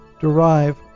derive